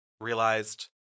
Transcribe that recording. realized